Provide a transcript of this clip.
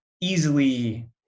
easily